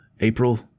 April